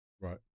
right